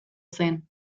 zen